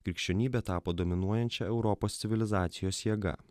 krikščionybė tapo dominuojančia europos civilizacijos jėga